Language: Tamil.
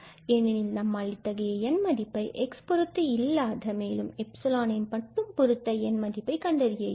ஏனெனில் நம்மால் இத்தகைய N மதிப்பை xபொறுத்து இல்லாத மேலும் 𝜖 மட்டும் பொருத்த Nமதிப்பை கண்டறிய இயலும்